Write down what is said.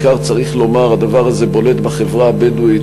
ובעיקר צריך לומר שהדבר הזה בולט בחברה הבדואית,